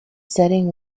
setting